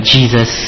Jesus